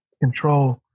control